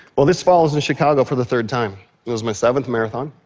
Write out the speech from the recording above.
well, this was in chicago for the third time. it was my seventh marathon,